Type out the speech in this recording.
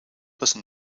listen